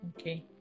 Okay